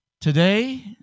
Today